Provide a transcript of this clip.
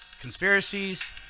conspiracies